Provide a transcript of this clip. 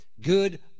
Good